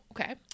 Okay